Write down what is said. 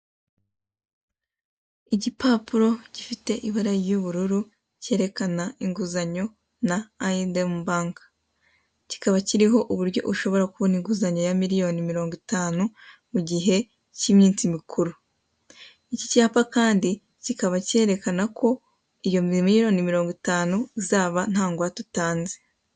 Igipapuro gifite ibara ry'ubururu cyerekana inguzanyo na Aye endemu banki. Kikaba kiriho uburyo ushobora kubona inguzanyo ya miliyoni mirongo itanu mu gihe cy'iminsi mikuru. Iki cyapa kandi kikaba cyerekana ko iyo miliyoni mirongo itanu uzaba nta ngwate utanze.